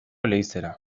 leizera